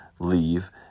leave